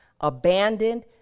abandoned